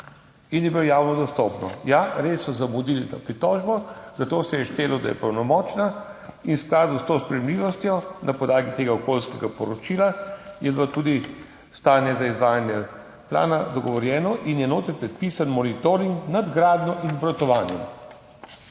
in je bilo javno dostopno. Ja, res so zamudili s pritožbo, zato se je štelo, da je pravnomočna in v skladu s to sprejemljivostjo na podlagi tega okoljskega poročila je bilo tudi stanje za izvajanje plana dogovorjeno in je notri predpisan monitoring nad gradnjo in obratovanjem.